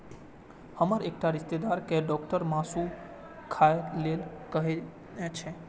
हमर एकटा रिश्तेदार कें डॉक्टर मासु खाय लेल कहने छै